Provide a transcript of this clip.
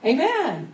Amen